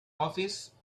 office